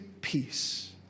peace